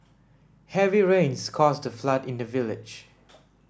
heavy rains caused a flood in the village